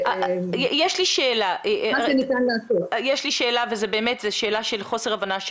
יש לי שאלה וזו שאלה של חוסר הבנה שלי.